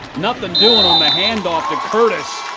nothing doing on the hand-off to curtis,